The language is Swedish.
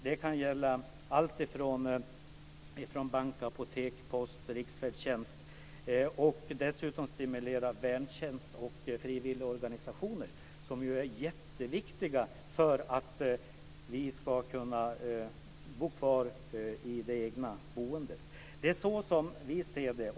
Det kan gälla allt från bank, apotek och post till riksfärdtjänst. Dessutom bör man stimulera väntjänst och frivilligorganisationer, som ju är jätteviktiga för att man ska kunna stanna kvar i det egna boendet. Det är så vi ser på detta.